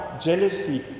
jealousy